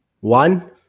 One